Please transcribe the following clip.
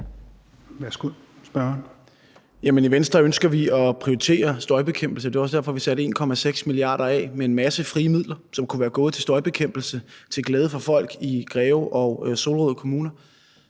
I Venstre ønsker vi at prioritere støjbekæmpelse. Det var også derfor, vi afsatte 1,6 mia. kr., hvoraf der var en masse frie midler, som kunne være gået til støjbekæmpelse til glæde for folk i Greve og Solrød Kommuner.